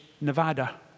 Nevada